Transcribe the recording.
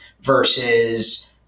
versus